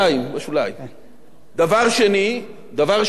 דבר שני, ואחרון, בבקשה.